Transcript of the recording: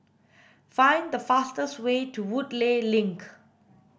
find the fastest way to Woodleigh Link